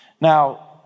Now